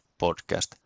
podcast